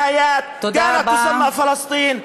שמה היה פלסטין,